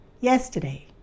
Yesterday